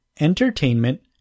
entertainment